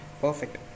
Perfect